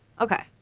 okay